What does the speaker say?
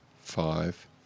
five